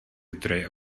zdroje